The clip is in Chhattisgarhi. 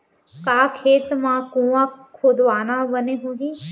का खेत मा कुंआ खोदवाना बने होही?